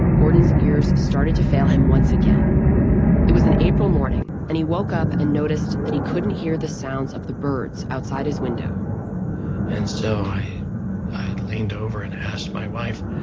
gordon's ears started to fail him once again it was an april morning and he woke up and noticed that he couldn't hear the sounds of birds outside his window and so i leaned over and asked my wife,